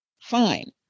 fine